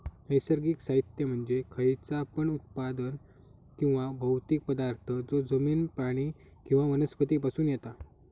नैसर्गिक साहित्य म्हणजे खयचा पण उत्पादन किंवा भौतिक पदार्थ जो जमिन, प्राणी किंवा वनस्पती पासून येता